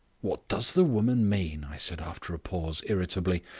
what does the woman mean? i said after a pause, irritably.